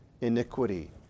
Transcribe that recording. iniquity